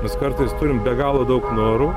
mes kartais turim be galo daug norų